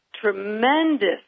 tremendous